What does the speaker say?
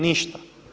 Ništa.